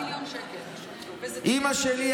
אימא שלי,